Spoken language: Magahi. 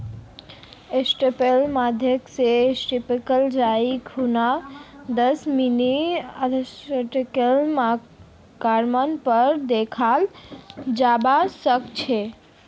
एटीएमेर माध्यम स एटीएमत जाई खूना दस मिनी स्टेटमेंटेर कागजेर पर दखाल जाबा सके छे